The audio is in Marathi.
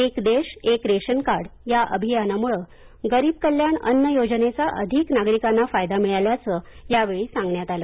एक देश एक रेशनकार्ड या अभियानामुळं गरीब कल्याण अन्न योजनेचा अधिक नागरिकांना फायदा मिळाल्याचं यावेळी सांगण्यात आलं